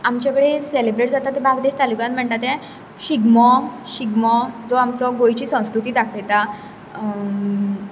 आमचे कडेन सेलेब्रेट जाता बार्देश तालुकांत म्हणटात ते शिगमो शिगमो जो आमची गोंयची संस्कृती दाखयता